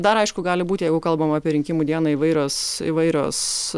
dar aišku gali būt jeigu kalbam apie rinkimų dieną įvairios įvairios